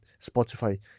Spotify